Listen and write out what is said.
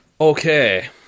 Okay